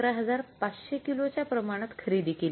११५०० kilo च्या प्रमाणात खरेदी केली